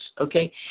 okay